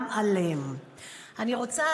השבעה עוטפת, מחבקת,